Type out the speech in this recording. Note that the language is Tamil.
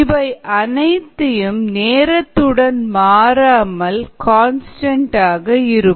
இவை அனைத்தும் நேரத்துடன் மாறாமல் கன்ஸ்டன்ட் ஆக இருக்கும்